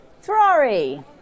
Ferrari